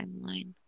timeline